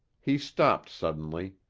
he stopped suddenly,